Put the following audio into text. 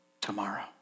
tomorrow